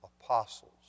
apostles